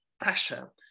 pressure